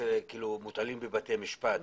בתי המשפט